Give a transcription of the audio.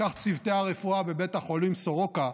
וכך צוותי הרפואה בבית החולים סורוקה,